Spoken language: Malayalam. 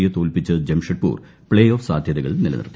യെ തോൽപ്പിച്ച ജംഷഡ്പൂർ പ്തേ ഓഫ് സാധ്യതകൾ നിലനിർത്തി